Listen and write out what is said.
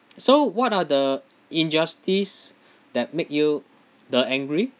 so what are the injustice that make you the angry